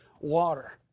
water